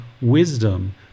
wisdom